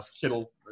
kittle